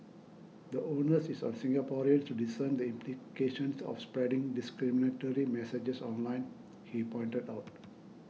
the Onus is on Singaporeans to discern the implications of spreading discriminatory messages online he pointed out